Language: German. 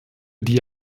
die